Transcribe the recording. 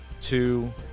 two